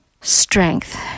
strength